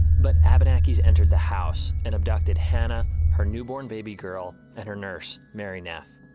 but abenakis entered the house and abducted hannah, her newborn baby girl, and her nurse, mary neff.